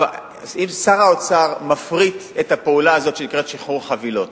שר האוצר מפריט את הפעולה הזאת שנקראת שחרור חבילות.